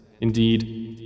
indeed